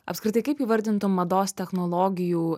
apskritai kaip įvardintum mados technologijų